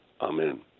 Amen